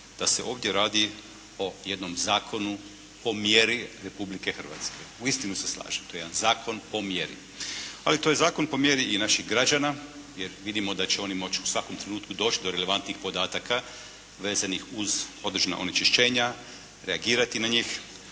da se ovdje radi o jednom zakonu po mjeri Republike Hrvatske. Uistinu se slažem. To je jedan zakon po mjeri. Ali to je i zakon po mjeri i naših građana jer vidimo da će oni moći u svakom trenutku doći do relevantnih podataka vezanih uz određena onečišćenja, reagirati na njih.